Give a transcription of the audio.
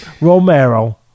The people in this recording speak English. Romero